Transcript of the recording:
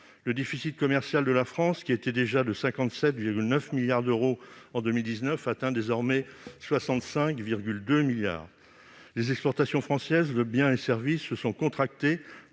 le déficit commercial de la France, qui était déjà de 57,9 milliards d'euros en 2019, atteint désormais 65,2 milliards d'euros. Les exportations françaises de biens et services se sont contractées